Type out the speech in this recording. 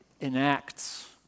enacts